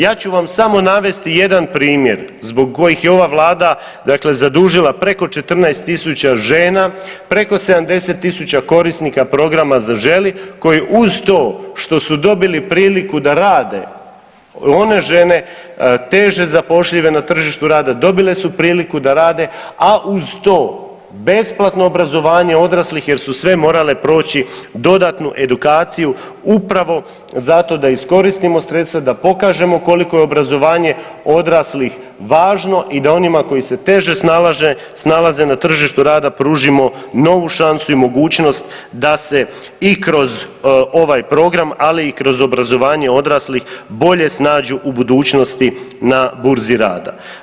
Ja ću vam samo navesti jedan primjer zbog kojih je ova Vlada zadužila preko 14 tisuća žena, preko 70 tisuća korisnika programa „Zaželi“ koji uz to što su dobili priliku da rade one žene teže zapošljive na tržištu rada dobile su priliku da rade, a uz to besplatno obrazovanje odraslih jer su sve morale proći dodatnu edukaciju upravo da iskoristimo sredstva, da pokažemo koliko je obrazovanje odraslih važno i da onima koji se teže snalaze na tržištu rada pružimo novu šansu i mogućnost da se i kroz ovaj program, ali i kroz obrazovanje odraslih bolje snađu u budućnosti na burzi rada.